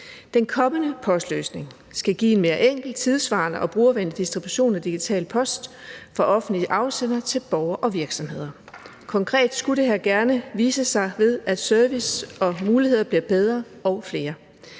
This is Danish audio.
Den kommende postløsning skal give en mere enkel, tidssvarende og brugervenlig distribution af digital post fra offentlige afsendere til borgere og virksomheder. Konkret skulle det her gerne vise sig, ved at servicer og muligheder bliver bedre og flere.